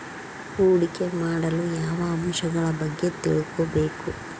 ಹೂಡಿಕೆ ಮಾಡಲು ಯಾವ ಅಂಶಗಳ ಬಗ್ಗೆ ತಿಳ್ಕೊಬೇಕು?